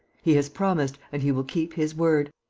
he has promised and he will keep his word.